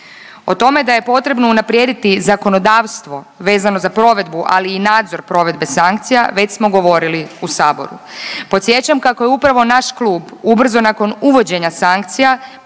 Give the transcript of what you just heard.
O tome da je potrebno unaprijediti zakonodavstvo vezano za provedbu ali i nadzor provedbe sankcija već smo govorili u saboru. Podsjećam kako je upravo naš klub ubrzo nakon uvođenja sankcija